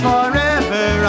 Forever